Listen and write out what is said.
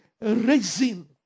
raising